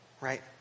Right